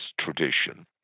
tradition